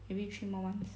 maybe three more months